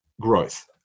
growth